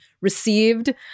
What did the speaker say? received